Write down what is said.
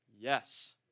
Yes